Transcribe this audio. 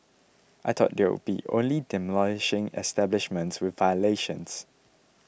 I thought they'll be only demolishing establishments with violations